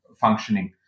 functioning